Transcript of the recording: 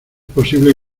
posible